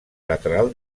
lateral